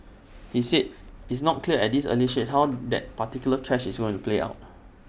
he said it's not clear at this early stage how that particular clash is going to play out